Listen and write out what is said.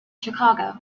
chicago